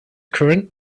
current